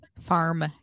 farm